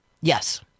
Yes